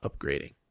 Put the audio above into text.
upgrading